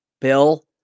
Bill